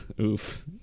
Oof